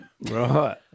Right